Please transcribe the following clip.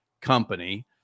company